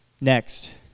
Next